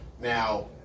now